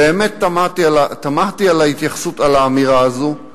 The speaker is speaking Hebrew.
באמת תמהתי על האמירה הזאת,